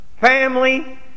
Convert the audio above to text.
family